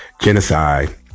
genocide